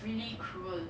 really cruel